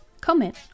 Comment